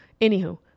anywho